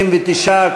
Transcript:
59,